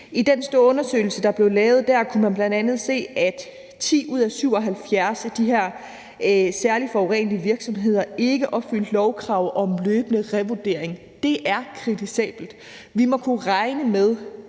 I den store undersøgelse, der blev lavet der, kunne man bl.a. se, at 10 ud af 77 af de her særligt forurenende virksomheder ikke opfyldte lovkrav om løbende revurdering. Det er kritisabelt; vi må kunne regne med,